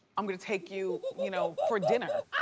i'm gonna take you you know for dinner.